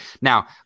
Now